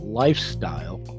lifestyle